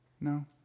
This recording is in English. No